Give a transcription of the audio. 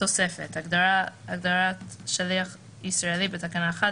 "תוספת (הגדרת "שליח ישראלי" בתקנה 1,